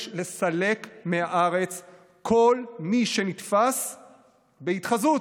יש לסלק מהארץ כל מי שנתפס בהתחזות,